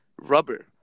rubber